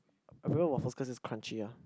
I prefer waffle because it's crunchy ah